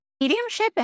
mediumship